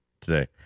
today